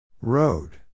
Road